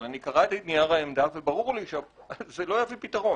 אבל אני קראתי את נייר העמדה וברור לי שזה לא יביא פתרון.